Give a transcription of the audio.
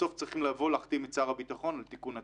בסוף צריכים לבוא להחתים את שר הביטחון על תיקון התקנות.